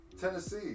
Tennessee